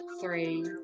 three